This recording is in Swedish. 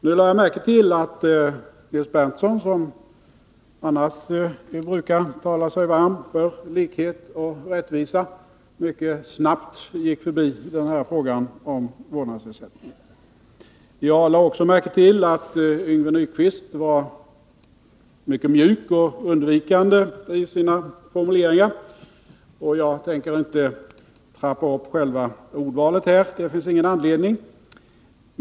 Jag lade märke till att Nils Berndtson, som annars brukar tala sig varm för likhet och rättvisa, mycket snabbt gick förbi frågan om vårdnadsersättning. Jag lade också märke till att Yngve Nyquist var mycket mjuk och undvikande i sina formuleringar. Jag tänker inte trappa upp själva ordvalet — det finns ingen anledning.